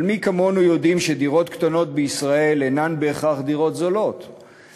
אבל מי כמונו יודעים שדירות קטנות בישראל אינן בהכרח דירות זולות,